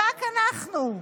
רק אנחנו.